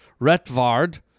Retvard